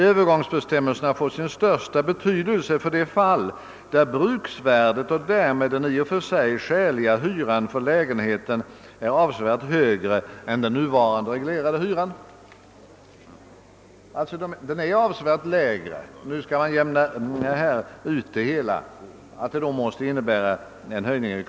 Övergångsbestämmelserna får sin största betydelse i det fall där bruksvärdet och därmed den i och för sig skäliga hyran för lägenheten är avsevärt högre än den nuvarande reglerade hyran.» Om denna är avsevärt lägre och en utjämning i förhållande till bruksvärdet skall ske, måste det självfallet bli en höjning av hyran.